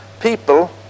people